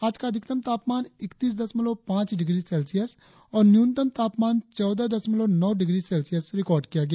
आज का अधिकतम तापमान एकतीस दशमलव पांच डिग्री सेल्सियस और न्यूनतम तापमान चौदह दशमलव नौ डिग्री सेल्सियस रिकार्ड किया गया